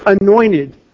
anointed